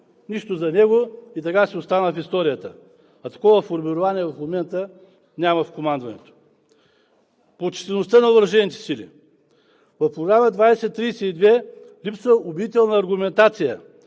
Нищо за него и така си остана в историята, а такова формирование в момента няма в командването. По числеността на въоръжените сили в Програма 2032 липсва убедителна аргументация.